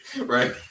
right